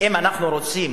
אם אנחנו רוצים,